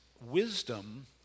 wisdom